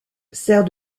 sert